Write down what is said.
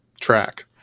track